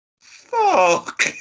Fuck